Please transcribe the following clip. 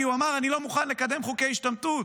כי הוא אמר: אני לא מוכן לקדם חוקי השתמטות?